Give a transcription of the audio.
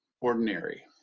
ordinary